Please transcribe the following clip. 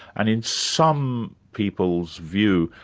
and in some people's view,